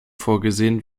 vorgesehen